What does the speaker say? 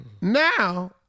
Now